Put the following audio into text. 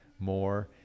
more